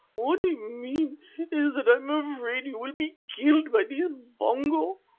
what i mean is that i am afraid you will be killed by these pongo,